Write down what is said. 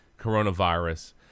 coronavirus